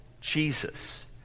Jesus